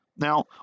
Now